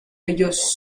ellos